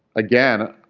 again,